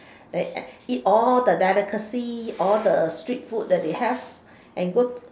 eat all the delicacies all the street food that they have and go